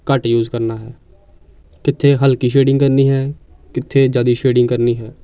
ਘੱਟ ਯੂਜ਼ ਕਰਨਾ ਹੈ ਕਿੱਥੇ ਹਲਕੀ ਸ਼ੇਡਿੰਗ ਕਰਨੀ ਹੈ ਕਿੱਥੇ ਜ਼ਿਆਦਾ ਸ਼ੇਡਿੰਗ ਕਰਨੀ ਹੈ